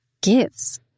gives